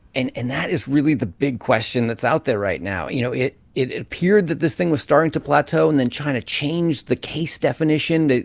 and and that is really the big question that's out there right now. you know, it it appeared that this thing was starting to plateau, and then china changed the case definition.